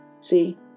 See